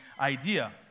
idea